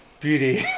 beauty